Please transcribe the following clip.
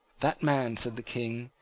that man, said the king,